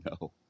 No